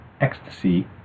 ecstasy